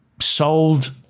sold